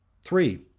three.